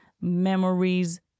memories